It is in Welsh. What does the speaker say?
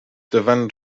dyfan